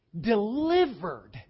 delivered